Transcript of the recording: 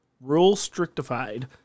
rule-strictified